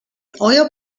oil